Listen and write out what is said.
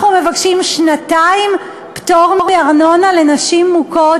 אנחנו מבקשים שנתיים פטור מארנונה לנשים מוכות